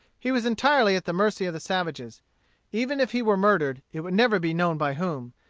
he was entirely at the mercy of the savages even if he were murdered, it would never be known by whom.